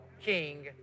King